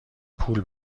پول